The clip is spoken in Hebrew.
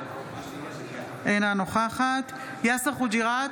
אינה נוכחת יאסר חוג'יראת,